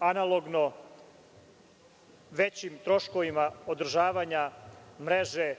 analogno većim troškovima održavanja mreže